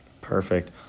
Perfect